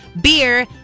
beer